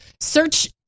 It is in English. search